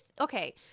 okay